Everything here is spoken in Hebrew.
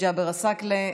ג'אבר עסאקלה,